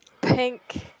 pink